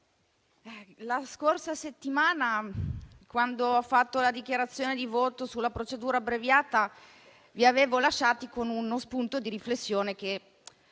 la scorsa settimana, quando ho fatto la dichiarazione di voto sulla procedura abbreviata, vi avevo lasciati con uno spunto di riflessione che